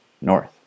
north